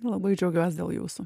labai džiaugiuos dėl jūsų